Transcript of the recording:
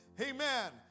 Amen